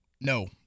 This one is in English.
No